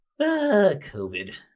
COVID